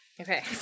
Okay